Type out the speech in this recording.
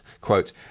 quote